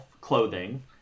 clothing